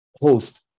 host